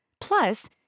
Plus